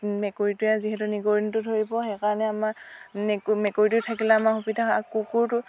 মেকুৰীটোৱে যিহেতু নিগনিটো ধৰিব সেইকাৰণে আমাৰ মেকুৰীটো থাকিলে আমাৰ সুবিধা হয় আৰু কুকুৰটো